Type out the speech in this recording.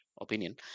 opinion